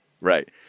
Right